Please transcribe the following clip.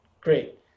great